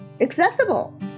accessible